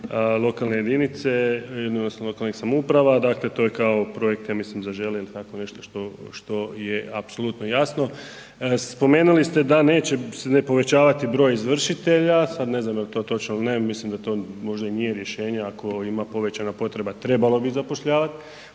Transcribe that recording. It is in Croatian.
lokalne jedinice, odnosno lokalnih samouprava. Dakle to je kao projekt ja mislim Zaželi ili tako nešto što je apsolutno jasno. Spomenuli ste da neće se povećavati broj izvršitelja, sad ne znam je li to točno ili ne, mislim da to možda i nije rješenje ako ima povećana potreba trebalo bi zapošljavati.